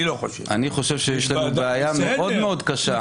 אני חושב שיש לנו בעיה מאוד מאוד קשה.